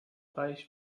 reich